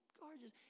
gorgeous